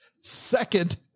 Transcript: Second